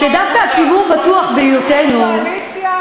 דווקא הציבור בטוח בהיותנו, את בקואליציה?